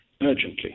urgently